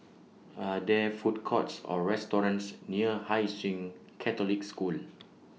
Are There Food Courts Or restaurants near Hai Sing Catholic School